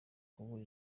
kubura